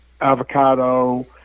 avocado